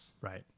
Right